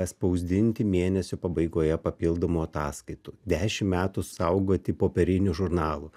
spausdinti mėnesio pabaigoje papildomų ataskaitų dešimt metų saugoti popierinių žurnalų